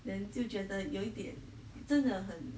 then 就觉得有一点真的很